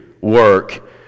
work